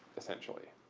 essentially.